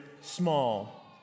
small